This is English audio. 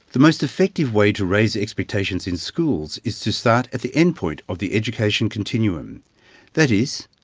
the most effective way to raise expectations in schools is to start at the endpoint of the education continuum that is,